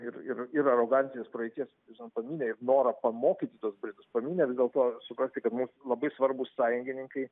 ir ir ir arogancijas praeities ten pamynę ir norą pamokyti tuos britus pamynę vis dėlto suprasti kad mums labai svarbūs sąjungininkai